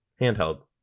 handheld